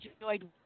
enjoyed